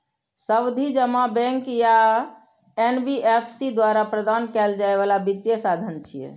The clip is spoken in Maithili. सावधि जमा बैंक या एन.बी.एफ.सी द्वारा प्रदान कैल जाइ बला वित्तीय साधन छियै